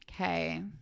Okay